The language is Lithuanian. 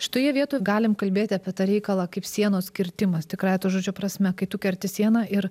šitoje vietoj galime kalbėti apie tą reikalą kaip sienos kirtimas tikrąja to žodžio prasme kai tu kerti sieną ir